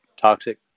toxic